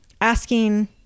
asking